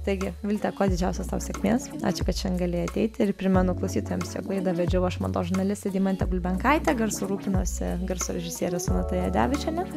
taigi vilte kuo didžiausios tau sėkmės ačiū kad šiandien galėjai ateiti ir primenu klausytojams jog laidą vedžiau aš mados žurnalistė deimantė bulbenkaitė garsu rūpinosi garso režisierė sonata jadevičienė